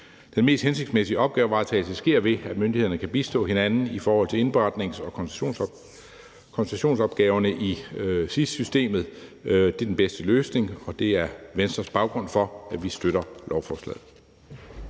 Den mest hensigtsmæssige opgavevaretagelse sker, ved at myndighederne kan bistå hinanden i forhold til indberetnings- og konsultationsopgaverne i SIS-systemet. Det er den bedste løsning, og det er Venstres baggrund for, at vi støtter lovforslaget.